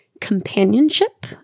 companionship